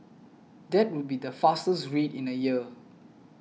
that would be the fastest rate in a year